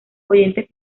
oyentes